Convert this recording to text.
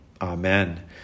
Amen